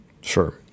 Sure